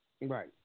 Right